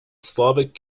slovak